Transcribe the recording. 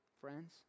friends